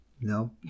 No